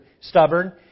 stubborn